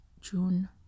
June